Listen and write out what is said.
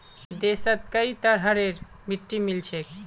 देशत कई तरहरेर मिट्टी मिल छेक